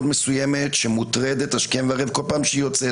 מסוימת שמוטרדת השכם והערב כל פעם שהיא יוצאת,